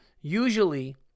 Usually